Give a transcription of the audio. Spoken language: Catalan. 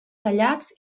tallats